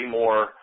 more